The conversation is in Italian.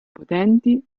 potenti